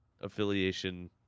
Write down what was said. affiliation